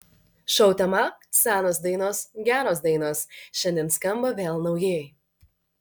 šou tema senos dainos geros dainos šiandien skamba vėl naujai